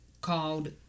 called